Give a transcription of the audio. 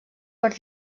per